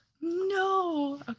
no